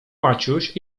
maciuś